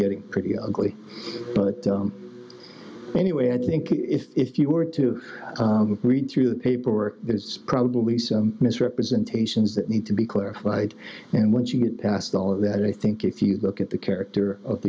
getting pretty ugly but anyway i think if you were to read through the paperwork it's probably some misrepresentations that need to be clarified and once you get past all of that i think if you look at the character of